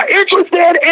interested